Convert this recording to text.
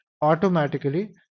automatically